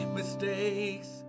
mistakes